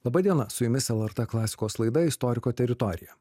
laba diena su jumis lrt klasikos laida istoriko teritorija